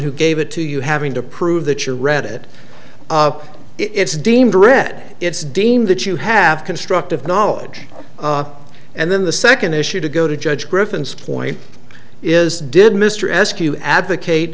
who gave it to you having to prove that you read it it's deemed read it's deemed that you have constructive knowledge and then the second issue to go to judge griffin's point is did mr eskew advocate